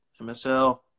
MSL